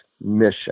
mission